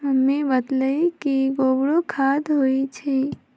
mummy बतअलई कि गोबरो खाद होई छई